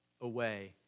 away